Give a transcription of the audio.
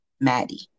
Maddie